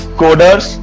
coders